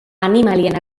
animalien